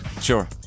sure